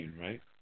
right